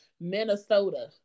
Minnesota